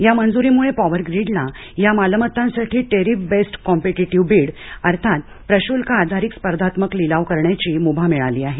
या मंजुरीमुळे पॉवर ग्रीडला या मालमत्तांसाठी टेरिफ बेस्ड काँपिटिटिव्ह बिड अर्थात प्रशुल्क आधारित स्पर्धात्मक लिलाव करण्याची मुभा मिळाली आहे